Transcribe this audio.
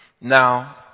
Now